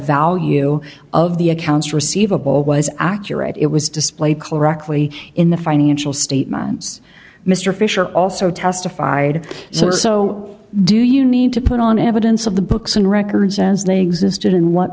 value of the accounts receivable was accurate it was display correctly in the financial statements mr fisher also testified so so do you need to put on evidence of the books and records as they existed and what